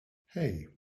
hey